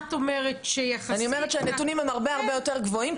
את אומרת שיחסית --- אני אומרת שהנתונים הם הרבה-הרבה יותר גבוהים,